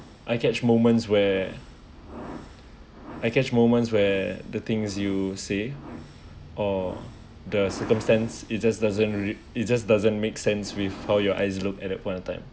I catch moments where I catch moments where the things you say or the circumstance it just doesn't it just doesn't make sense with how your eyes look at that point of time